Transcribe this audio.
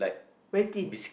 very thin